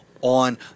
on